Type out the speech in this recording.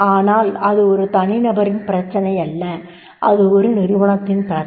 ஆனால் அது ஒரு தனிநபரின் பிரச்சனையல்ல அது ஒரு நிறுவனத்தின் பிரச்சனை